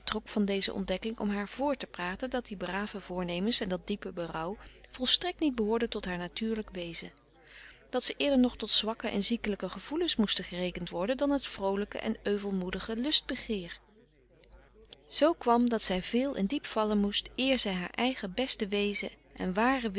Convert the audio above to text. van deze ontdekking om haar vr te praten dat die brave voornemens en dat diepe berouw volstrekt niet behoorden tot haar natuurlijk wezen dat ze eerder nog tot zwakke en ziekelijke gevoelens moesten gerekend worden dan het vroolijke en euvelmoedige lustbegeer zoo kwam dat zij veel en diep vallen moest eer zij haar eigen beste wezen en waren